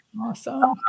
Awesome